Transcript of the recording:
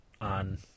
on